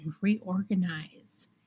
reorganize